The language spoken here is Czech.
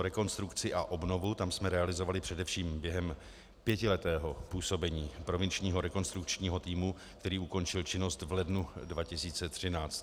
Rekonstrukci a obnovu jsme realizovali především během pětiletého působení Provinčního rekonstrukčního týmu, který ukončil činnost v lednu 2013.